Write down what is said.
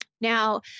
Now